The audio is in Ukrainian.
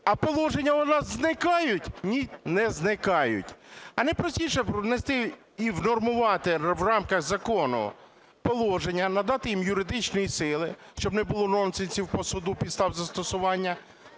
а положення у нас зникають? Ні, не зникають. А не простіше б внести і унормувати в рамках закону положення, надати їм юридичної сили, щоб не було нонсенсів по суду, підстав застосування,